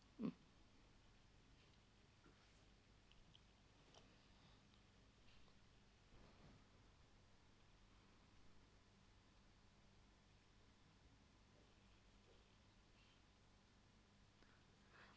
mm